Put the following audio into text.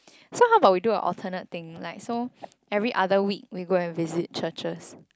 so how about we do an alternate thing like so every other week we go and visit churches